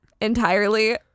entirely